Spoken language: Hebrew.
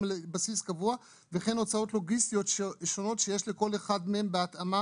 על בסיס קבוע וכן הוצאות לוגיסטיות שונות שיש לכל אחד בהתאמה.